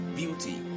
beauty